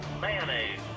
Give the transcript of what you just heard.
mayonnaise